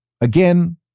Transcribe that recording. Again